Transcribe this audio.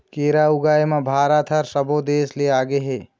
केरा ऊगाए म भारत ह सब्बो देस ले आगे हे